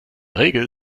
regel